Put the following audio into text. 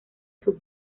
sus